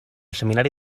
seminari